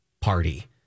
party